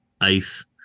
ice